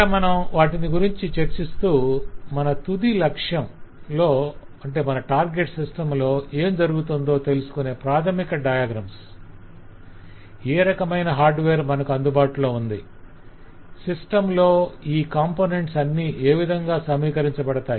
ఇక్కడ మనం వాటిని గురించి చర్చిస్తూ మన తుది లక్ష్య సిస్టమ్ లో ఏం జరుగుతుందో తెలుసుకొనే ప్రాధమిక డయాగ్రమ్స్ ఏ రకమైన హార్డ్వేర్ మనకు అందుబాటులో ఉంది సిస్టమ్ లో ఈ కాంపొనెంట్స్ అన్నీ ఏ విధంగా సమీకరించబడతాయి